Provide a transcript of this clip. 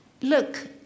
Look